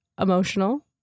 emotional